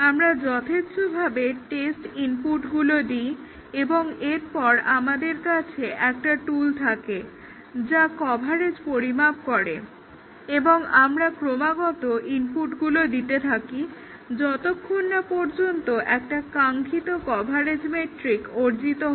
আমরা যথেচ্ছভাবে টেস্ট ইনপুটগুলো দিই এবং এরপর আমাদের কাছে একটা টুল থাকে যা কভারেজ পরিমাপ করে এবং আমরা ক্রমাগত ইনপুটগুলো দিতে থাকি যতক্ষণ না পর্যন্ত একটা কাঙ্খিত কভারেজ মেট্রিক অর্জিত হয়